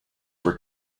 were